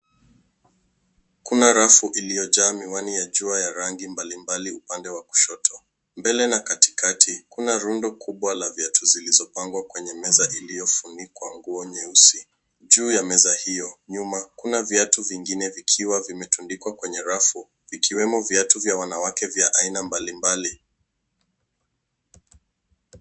Kuna rafu iliyojaa miwani ya jua ya rangi mbalimbali upande wa kushoto. Mbele na katikati kuna rundo kubwa la viatu zilizopangwa kwenye meza iliyofunikwa nguo nyeusi. Juu ya meza hiyo nyuma kuna viatu vingine vikiwa vimetundikwa kwenye rafu ikiwemo viatu vya wanawake vya aina mbalimbali.